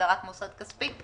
הגדרת מוסד כספי.